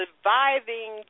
surviving